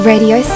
Radio